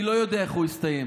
אני לא יודע איך הוא יסתיים,